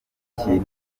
kintu